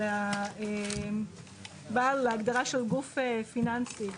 להגדרה של "גוף פיננסי",